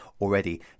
already